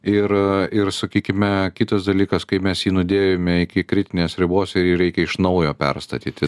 ir ir sakykime kitas dalykas kai mes jį nudėvime iki kritinės ribos ir jį reikia iš naujo perstatyti